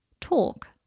Talk